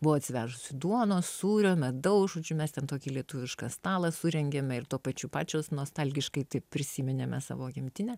buvo atsivežusi duonos sūrio medaus žodžiu mes ten tokį lietuvišką stalą surengėme ir tuo pačiu pačios nostalgiškai prisiminėme savo gimtinę